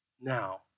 now